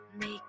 make